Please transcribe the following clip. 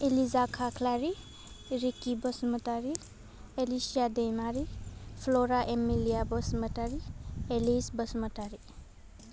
Elijah Khakhlari Riki Basumatary Elisa Daimari Flora Emilia Basumatary Elis Basumatary